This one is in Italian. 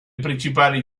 principali